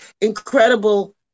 incredible